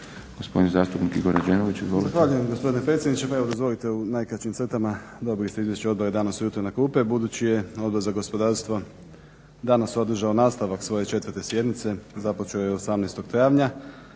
gospodin zastupnik Igor Rađenović. Izvolite.